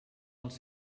els